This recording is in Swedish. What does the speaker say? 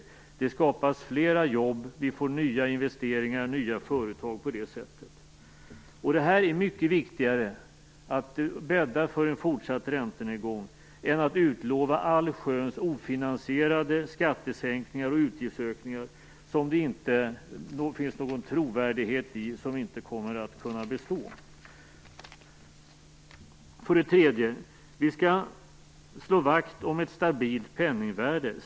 Fler jobb skapas, och vi får nya investeringar och nya företag på det sättet. Att bädda för en fortsatt räntenedgång är mycket viktigare än att utlova allsköns ofinansierade skattesänkningar och utgiftsökningar som det inte finns någon trovärdighet i och som inte kommer att kunna bestå. 3. Vi skall slå vakt om ett stabilt penningvärde.